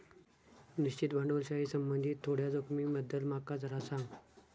निश्चित भांडवलाशी संबंधित थोड्या जोखमींबद्दल माका जरा सांग